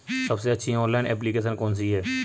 सबसे अच्छी online application कौन सी है?